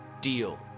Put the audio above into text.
deal